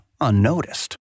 unnoticed